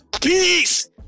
Peace